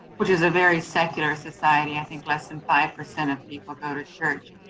which is a very secular society, i think less than five percent of people go to church.